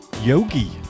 yogi